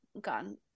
gone